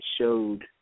showed